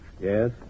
Yes